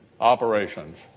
operations